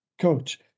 coach